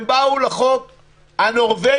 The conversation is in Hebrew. הם באו לחוק הנורבגי-ישראלי,